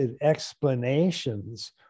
explanations